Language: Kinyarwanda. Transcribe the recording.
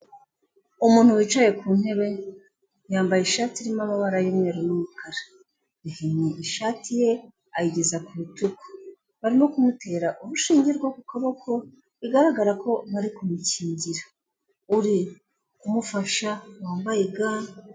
Umuntu wicaye ku ntebe yambaye ishati irimo amabara y'umweru n'umukara, yahinnye ishati ye ayigeza ku rutugu, barimo kumutera urushinge rwo ku kaboko bigaragara ko bari kumukingira, uri kumufasha wambaye ga...